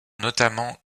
notamment